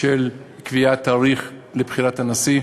של קביעת תאריך לבחירת הנשיא.